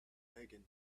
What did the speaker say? megan